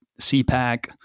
CPAC